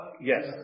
Yes